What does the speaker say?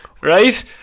Right